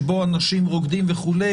שבו אנשים רוקדים וכו',